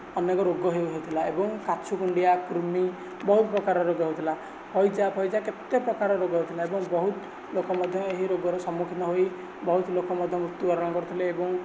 ଅନେକ ରୋଗ ହେଉଥିଲା ଏବଂ କାଛୁ କୁଣ୍ଡିଆ କୃମି ବହୁତ ପ୍ରକାରର ରୋଗ ହେଉଥିଲା ହଇଜା ଫଇଜା କେତେ ପ୍ରକାରର ରୋଗ ହେଉଥିଲା ଏବଂ ବହୁତ ଲୋକ ମଧ୍ୟ ଏହି ରୋଗର ସମ୍ମୁଖୀନ ହୋଇ ବହୁତ ଲୋକ ମଧ୍ୟ ମୃତ୍ୟୁ ବରଣ କରୁଥିଲେ ଏବଂ